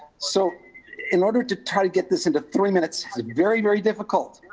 so in order to try to get this into three minutes is very, very difficult.